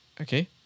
Okay